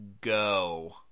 go